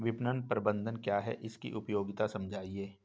विपणन प्रबंधन क्या है इसकी उपयोगिता समझाइए?